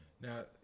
Now